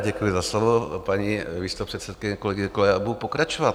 Děkuji za slovo, paní místopředsedkyně. Kolegyně, kolegové, budu pokračovat.